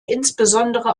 insbesondere